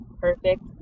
perfect